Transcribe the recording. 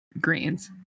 greens